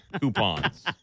coupons